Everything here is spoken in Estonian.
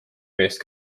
meest